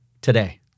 today